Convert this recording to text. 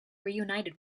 reunited